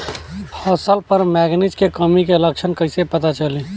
फसल पर मैगनीज के कमी के लक्षण कईसे पता चली?